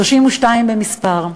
32 במספר,